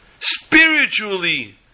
spiritually